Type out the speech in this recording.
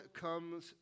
comes